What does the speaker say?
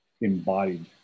embodied